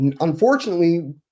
Unfortunately